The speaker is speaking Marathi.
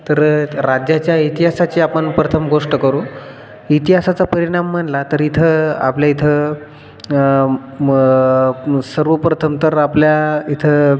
तर राज्याच्या इतिहासाची आपण प्रथम गोष्ट करू इतिहासाचा परिणाम म्हणला तर इथं आपल्या इथं सर्वप्रथम तर आपल्या इथं